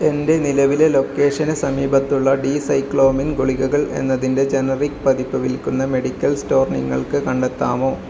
എൻ്റെ നിലവിലെ ലൊക്കേഷന് സമീപത്തുള്ള ഡിസൈക്ലോമിൻ ഗുളികകൾ എന്നതിൻ്റെ ജനറിക് പതിപ്പ് വിൽക്കുന്ന മെഡിക്കൽ സ്റ്റോർ നിങ്ങൾക്ക് കണ്ടെത്താമോ